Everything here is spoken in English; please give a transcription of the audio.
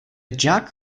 jock